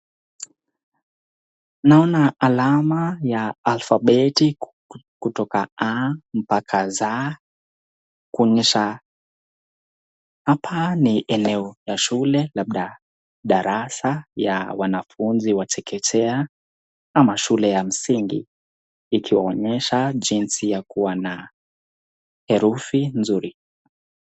Naona alama ya alphabetic kutoka A mpaka Z kuonyesha hapa ni eneo ya shule, labda darasa ya wanafunzi wa chekechea ama shule ya msingi ikionyesha jinsi ya kuwa na herufi nzuri.